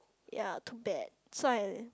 ya too bad so I